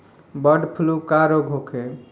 Bird flu का रोग होखे?